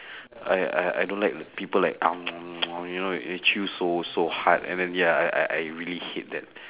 I I I don't like people like you know like they chew so so hard and then ya I I I really hate that